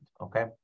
Okay